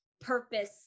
purpose